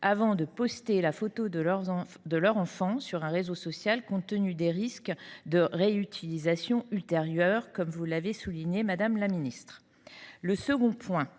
avant de poster une photo de leur enfant sur un réseau social, compte tenu des risques de réutilisation ultérieure, que vous avez relevés, madame la secrétaire